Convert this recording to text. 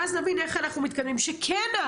ואז נבין איך אנחנו מתקדמים כדי שכן,